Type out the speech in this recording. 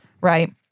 Right